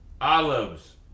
olives